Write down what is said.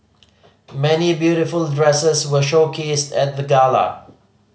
many beautiful dresses were showcased at the gala